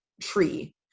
tree